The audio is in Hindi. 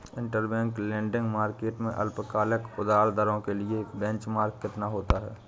इंटरबैंक लेंडिंग मार्केट में अल्पकालिक उधार दरों के लिए बेंचमार्क कितना होता है?